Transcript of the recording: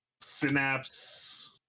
Synapse